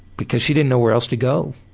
because she didn't know where else to go,